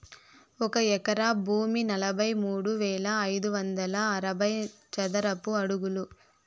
ఒక ఎకరా భూమి నలభై మూడు వేల ఐదు వందల అరవై చదరపు అడుగులు